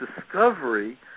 discovery